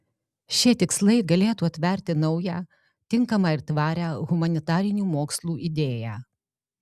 šie tikslai galėtų atverti naują tinkamą ir tvarią humanitarinių mokslų idėją